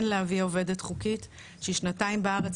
כן להביא עובדת חוקית שהיא שנתיים בארץ,